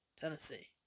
Tennessee